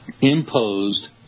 imposed